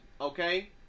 okay